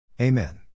Amen